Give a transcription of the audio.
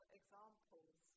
examples